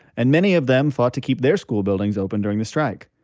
and many of them fought to keep their school buildings open during the strike.